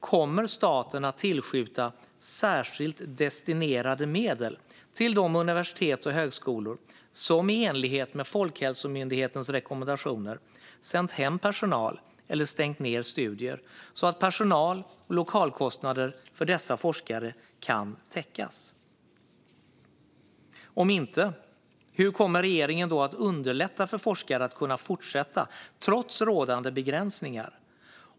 Kommer staten att tillskjuta särskilt destinerade medel till de universitet och högskolor som i enlighet med Folkhälsomyndighetens rekommendationer sänt hem personal eller stängt ned studier så att personal och lokalkostnader för dessa forskare kan täckas? Om inte, hur kommer regeringen att underlätta för forskare att kunna fortsätta trots rådande begränsningar?